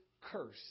curse